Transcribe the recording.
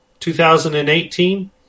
2018